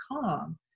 calm